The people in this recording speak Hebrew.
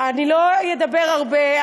אני לא אדבר הרבה,